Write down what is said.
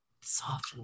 Soft